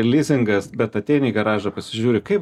lizingas bet ateini į garažą pasižiūri kaip